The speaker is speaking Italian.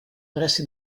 pressi